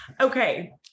Okay